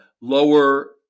lower